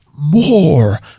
more